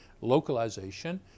localization